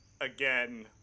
again